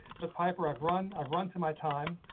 but piper i've run i've run to my time.